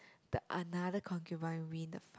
the another concubine win the